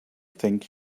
think